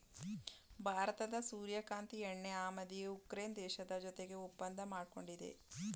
ಭಾರತದ ಸೂರ್ಯಕಾಂತಿ ಎಣ್ಣೆ ಆಮದಿಗೆ ಉಕ್ರೇನ್ ದೇಶದ ಜೊತೆಗೆ ಒಪ್ಪಂದ ಮಾಡ್ಕೊಂಡಿದೆ